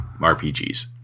RPGs